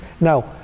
Now